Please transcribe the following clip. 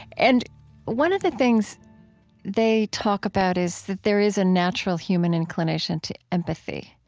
and one of the things they talk about is that there is a natural human inclination to empathy,